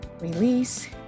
release